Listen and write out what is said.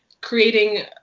creating